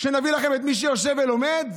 שנביא לכם את מי שיושב ולומד,